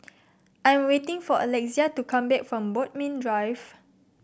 I am waiting for Alexia to come back from Bodmin Drive